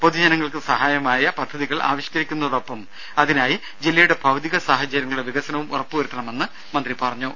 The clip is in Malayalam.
പൊതുജനങ്ങൾക്ക് സഹായകരമായ പദ്ധതികൾ ആവിഷ്ക്കരിക്കുന്നതോടൊപ്പം അതിനായി ജില്ലയുടെ ഭൌതിക സാഹചര്യങ്ങളുടെ വികസനവും ഉറപ്പുവരുത്തണമെന്നും മന്ത്രി പറഞ്ഞു